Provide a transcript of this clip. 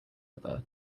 other